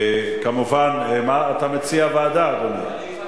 כמובן, אתה מציע ועדה, אדוני?